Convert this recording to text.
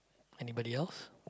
anybody else